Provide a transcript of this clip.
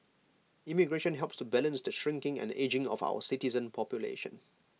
immigration helps to balance the shrinking and ageing of our citizen population